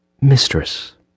mistress